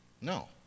No